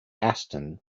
aston